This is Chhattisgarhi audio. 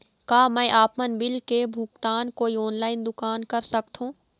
का मैं आपमन बिल के भुगतान कोई ऑनलाइन दुकान कर सकथों?